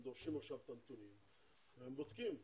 עכשיו הם דורשים את הנתונים והם בודקים